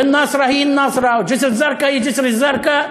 ונסרה היא נסרה וג'סר-א-זרקא היא ג'סר-א-זרקא,